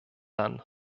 dann